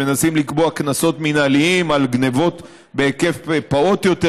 מנסים לקבוע קנסות מינהליים על גנבות בהיקף פעוט יותר,